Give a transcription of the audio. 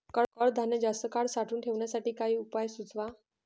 कडधान्य जास्त काळ साठवून ठेवण्यासाठी काही उपाय सुचवा?